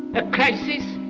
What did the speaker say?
a crisis